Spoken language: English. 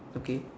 okay